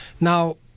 Now